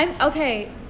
Okay